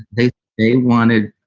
they they wanted.